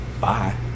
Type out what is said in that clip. bye